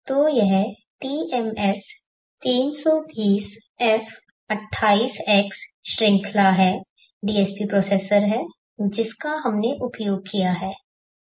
तो यह TMS320f28x श्रृंखला है DSP प्रोसेसर है जिसका हमने उपयोग किया है